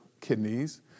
kidneys